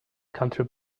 country